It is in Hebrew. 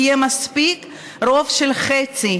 יהיה מספיק רוב של חצי,